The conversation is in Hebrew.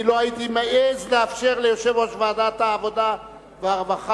אני לא הייתי מעז לאפשר ליושב-ראש ועדת העבודה והרווחה